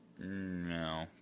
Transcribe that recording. no